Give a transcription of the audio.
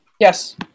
yes